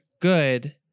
good